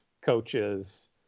coaches